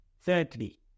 Thirdly